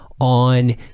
on